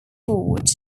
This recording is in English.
board